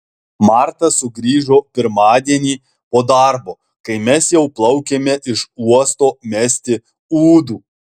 marta sugrįžo pirmadienį po darbo kai mes jau plaukėme iš uosto mesti ūdų